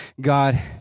God